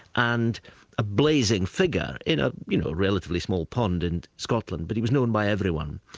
and a blazing figure, in a you know relatively small pond in scotland, but he was known by everyone.